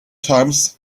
times